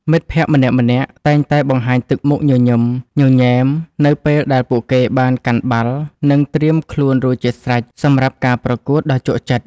មិត្តភក្តិម្នាក់ៗតែងតែបង្ហាញទឹកមុខញញឹមញញែមនៅពេលដែលពួកគេបានកាន់បាល់ និង ត្រៀមខ្លួនរួចជាស្រេចសម្រាប់ការប្រកួតដ៏ជក់ចិត្ត។